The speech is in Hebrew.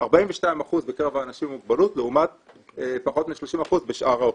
42% בקרב אנשים עם מוגבלות לעומת פחות מ-30% בשאר האוכלוסייה.